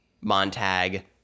Montag